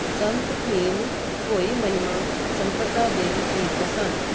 ਸੰਤ ਭੀਮ ਭੋਈ ਮਹਿਮਾ ਸੰਪਰਦਾ ਦੇ ਨੇਤਾ ਸਨ